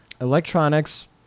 electronics